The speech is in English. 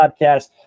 Podcast